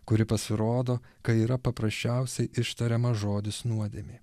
kuri pasirodo kai yra paprasčiausiai ištariamas žodis nuodėmė